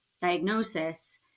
diagnosis